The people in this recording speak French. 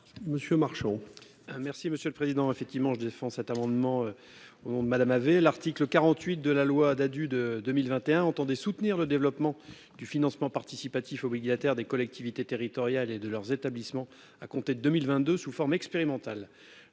Monsieur Marchand. Merci Monsieur le Président, effectivement je défends cet amendement. On Madame avait l'article 48 de la loi Dadu de 2021 entendait soutenir le développement du financement participatif obligataire des collectivités territoriales et de leurs établissements à compter de 2022 sous forme expérimentale